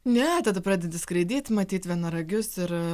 ne tada pradedi skraidyt matyt vienaragius ir